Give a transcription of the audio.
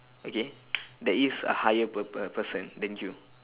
okay there is a higher per~ per~ person than you